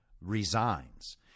resigns